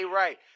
right